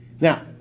Now